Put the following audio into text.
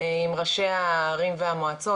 עם ראשי הערים והמועצות,